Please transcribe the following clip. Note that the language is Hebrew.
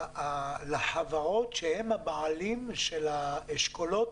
מכיוון שהחברות שהן הבעלים של האשכולות,